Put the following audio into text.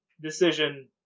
decision